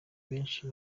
benshi